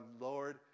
Lord